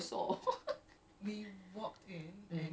ya like [ho] kita cool